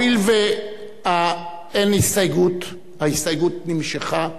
הואיל ואין הסתייגות, ההסתייגות נמשכה,